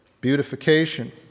beautification